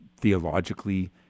theologically